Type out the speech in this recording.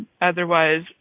Otherwise